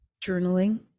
journaling